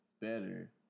better